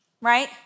right